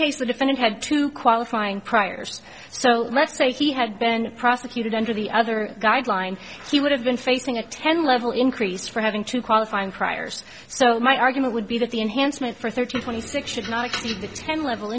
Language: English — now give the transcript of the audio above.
case the defendant had to qualifying priors so let's say he had been prosecuted under the other guidelines he would have been facing a ten level increase for having to qualify and priors so my argument would be that the enhancement for thirteen twenty six should not exceed the ten level